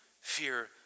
fear